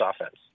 offense